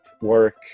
work